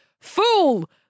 Fool